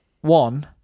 One